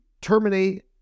terminate